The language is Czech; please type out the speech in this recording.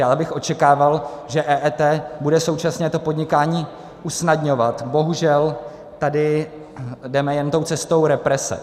Ale abych očekával, že EET bude současně to podnikání usnadňovat, bohužel tady jdeme jen tou cestou represe.